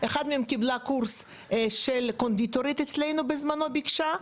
אחת מהן קיבלה קורס של קונדיטורית אצלנו בזמנו ביקשה,